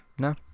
No